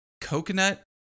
coconut